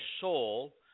soul